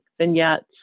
vignettes